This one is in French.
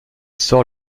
sort